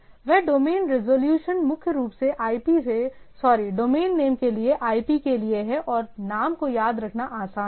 वह domain resolution मुख्य रूप से IP से सॉरी डोमेन नेम के लिए IP के लिए है और नाम को याद रखना आसान है